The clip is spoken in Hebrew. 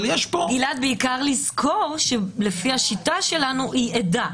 אבל יש פה --- בעיקר לזכור שלפי השיטה שלנו היא עדה.